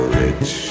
rich